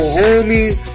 homies